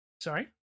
Sorry